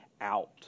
out